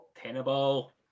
Tenable